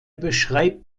beschreibt